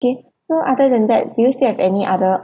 okay so other than that do you still have any other